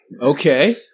Okay